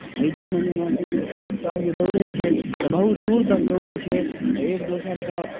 फायदामे जेनाकि जेसभ जे दौड़ै छै तऽ बहुत दूर तक दौड़ै छै एक दोसरके